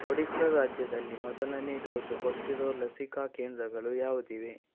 ಒಡಿಸ್ಸಾ ರಾಜ್ಯದಲ್ಲಿ ಮೊದಲನೇ ಡೋಸು ಕೊಡ್ತಿರೋ ಲಸಿಕಾ ಕೇಂದ್ರಗಳು ಯಾವ್ದಿವೆ